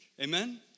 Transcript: Amen